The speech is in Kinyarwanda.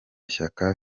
shyaka